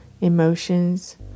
emotions